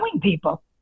people